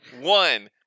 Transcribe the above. One